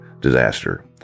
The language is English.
disaster